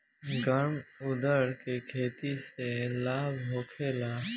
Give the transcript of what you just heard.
गर्मा उरद के खेती से लाभ होखे ला?